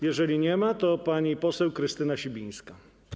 Jeżeli nie ma, to pani poseł Krystyna Sibińska.